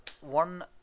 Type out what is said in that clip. one